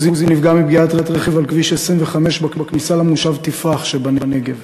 עוזי נפגע מפגיעת רכב על כביש 25 בכניסה למושב תפרח שבנגב.